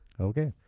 Okay